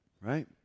right